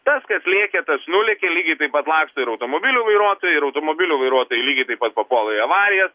tas kas lėkė tas nulėkė lygiai taip pat laksto ir automobilių vairuotojai ir automobilių vairuotojai lygiai taip pat papuola į avarijas